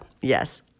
yes